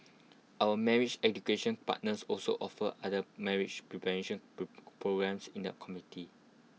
our marriage education partners also offer other marriage preparation pro programmes in that community